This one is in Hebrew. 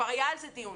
כבר היה על זה דיון.